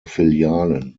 filialen